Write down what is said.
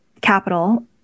capital